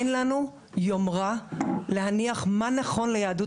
אין לנו יומרה להניח מה נכון ליהדות